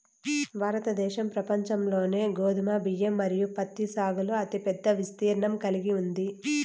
భారతదేశం ప్రపంచంలోనే గోధుమ, బియ్యం మరియు పత్తి సాగులో అతిపెద్ద విస్తీర్ణం కలిగి ఉంది